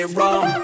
Wrong